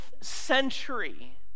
century